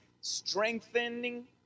Strengthening